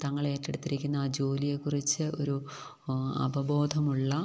തങ്ങളേറ്റെടുത്തിരിക്കുന്ന ആ ജോലിയെക്കുറിച്ച് ഒരു അവബോധമുള്ള